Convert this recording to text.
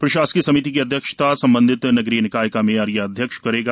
प्रशासकीय समिति की अध्यक्षता संबंधित नगरीय निकाय का मेयर या अध्यक्ष करेगा